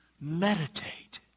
meditate